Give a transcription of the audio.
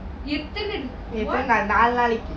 எத்தனை நாள் நாளைக்கி:eathana naal naalaiki